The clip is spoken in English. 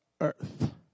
earth